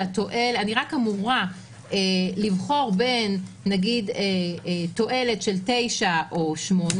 ואני רק אמורה לבחור בין מחיר עלות של 9 או 8,